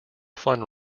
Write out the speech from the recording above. fund